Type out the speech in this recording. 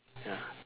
ya